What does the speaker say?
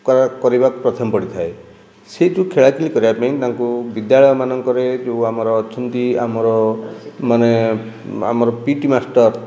କରିବାକୁ ପ୍ରଥମେ ପଡ଼ିଥାଏ ସେ ଯେଉଁ ଖେଳାଖେଳି କରିବା ପାଇଁ ତାଙ୍କୁ ବିଦ୍ୟାଳୟ ମାନଙ୍କରେ ରେ ଯେଉଁ ଅଛନ୍ତି ଆମର ମାନେ ଆମର ପିଇଟି ମାଷ୍ଟର